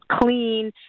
clean